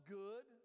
good